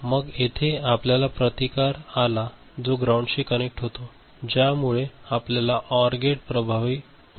आणि मग येथे आपल्याला प्रतिकार आला जो ग्राउंडशी कनेक्ट होतो ज्यामुळे आपल्याला ओर गेट प्रभावीपणे प्राप्त होतो